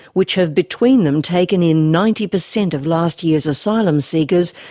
which have between them taken in ninety percent of last year's asylum seekers,